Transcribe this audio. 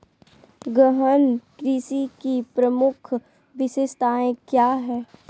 गहन कृषि की प्रमुख विशेषताएं क्या है?